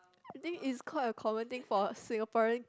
I think is quite a common thing for Singaporean